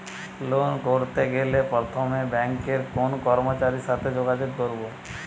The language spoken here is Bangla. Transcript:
লোন করতে গেলে প্রথমে ব্যাঙ্কের কোন কর্মচারীর সাথে যোগাযোগ করব?